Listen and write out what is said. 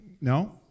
no